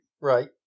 Right